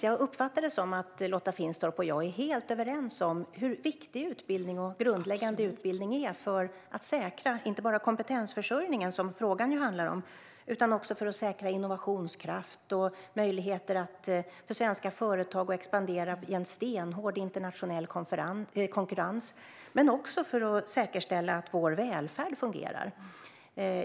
Jag uppfattar det som att Lotta Finstorp och jag är helt överens om hur viktig utbildning och grundläggande utbildning är för att inte bara säkra kompetensförsörjningen, som frågan handlar om, utan också för att säkra innovationskraft och möjligheter för svenska företag att expandera i en stenhård internationell konkurrens och för att säkerställa att vår välfärd fungerar.